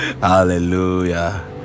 Hallelujah